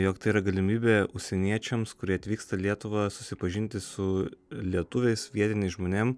jog tai yra galimybė užsieniečiams kurie atvyksta į lietuvą susipažinti su lietuviais vietiniais žmonėm